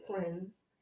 friends